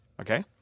okay